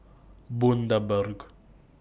Bundaberg